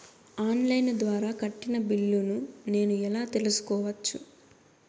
On line ద్వారా కట్టిన బిల్లును నేను ఎలా తెలుసుకోవచ్చు?